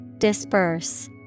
Disperse